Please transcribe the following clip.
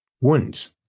wounds